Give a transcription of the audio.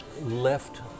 left